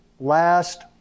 last